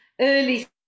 early